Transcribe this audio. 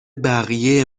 بقیه